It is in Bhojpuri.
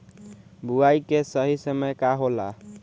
बुआई के सही समय का होला?